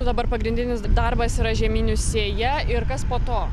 o dabar pagrindinis darbas yra žieminių sėja ir kas po to